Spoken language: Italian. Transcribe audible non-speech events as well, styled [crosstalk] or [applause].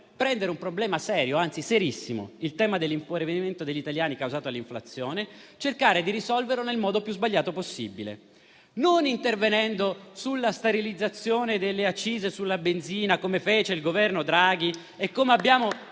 Prendere un problema serio, anzi serissimo, come il tema dell'impoverimento degli italiani causato dall'inflazione, e cercare di risolverlo nel modo più sbagliato possibile. Lo avete fatto non intervenendo sulla sterilizzazione delle accise sulla benzina, come fece il Governo Draghi [applause]